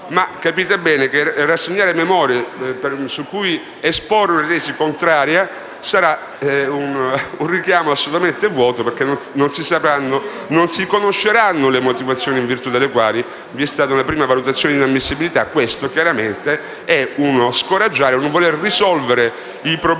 Ma capite bene che rassegnare memorie su cui esporre una tesi contraria sarà un richiamo assolutamente vuoto, perché non si conosceranno le motivazioni in virtù delle quali vi è stata una prima valutazione di inammissibilità. Questo chiaramente significa scoraggiare e non voler risolvere i problemi